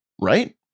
right